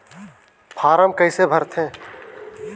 Form कइसे भरते?